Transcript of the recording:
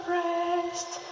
rest